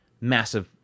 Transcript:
massive